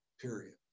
period